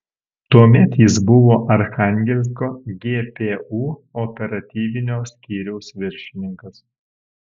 tuomet jis buvo archangelsko gpu operatyvinio skyriaus viršininkas